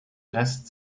rest